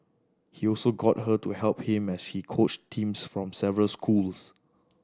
he also got her to help him as he coached teams from several schools